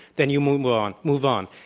then you move on, move on.